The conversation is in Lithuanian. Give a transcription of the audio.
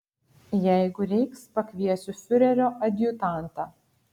jeigu reiks pakviesiu fiurerio adjutantą